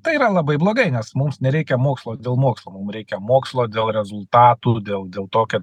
tai yra labai blogai nes mums nereikia mokslo dėl mokslo mum reikia mokslo dėl rezultatų dėl dėl tokio